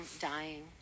dying